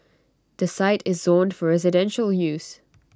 the site is zoned for residential use